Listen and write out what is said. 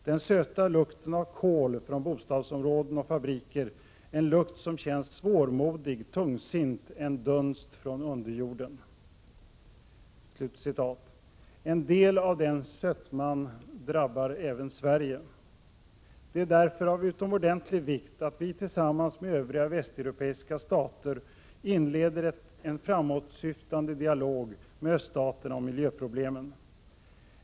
Den söta lukten av kol från bostadsområden och fabriker, en lukt som känns svårmodig, tungsint, en dunst från underjorden.” En del av den sötman drabbar även Sverige. Det är därför av utomordentligt stor vikt att Sverige tillsammans med övriga västeuropeiska stater inleder en framåtsyftande dialog med öststaterna om miljöproblemen.